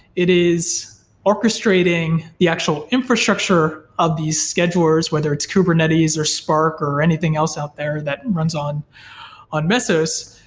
it is orchestrating the actual infrastructure of these schedulers, whether it's kubernetes, or spark, or anything else out there that runs on on mesos,